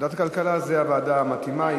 ועדת הכלכלה היא הוועדה המתאימה.